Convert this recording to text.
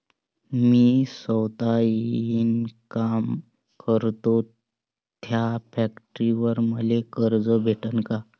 मी सौता इनकाम करतो थ्या फॅक्टरीवर मले कर्ज भेटन का?